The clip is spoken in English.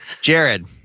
Jared